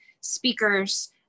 speakers